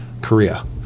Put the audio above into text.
Korea